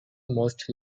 most